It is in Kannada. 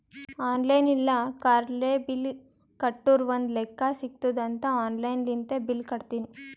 ಆನ್ಲೈನ್ ಇಲ್ಲ ಕಾರ್ಡ್ಲೆ ಬಿಲ್ ಕಟ್ಟುರ್ ಒಂದ್ ಲೆಕ್ಕಾ ಸಿಗತ್ತುದ್ ಅಂತ್ ಆನ್ಲೈನ್ ಲಿಂತೆ ಬಿಲ್ ಕಟ್ಟತ್ತಿನಿ